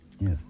yes